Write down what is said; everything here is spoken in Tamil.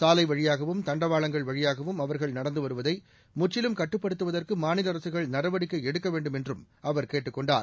சாலை வழியாகவும் தண்டவாளங்கள் வழியாகவும் அவர்கள் நடந்து வருவதை முற்றிலும் கட்டுப்படுத்துவதற்கு மாநில அரசுகள் நடவடிக்கை எடுக்க வேண்டும் என்று அவர் கேட்டுக் கொண்டார்